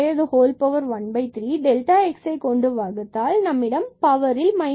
So y இங்கு x213 and x வகுத்தால் power 2 by 3rd மற்றும் இது minus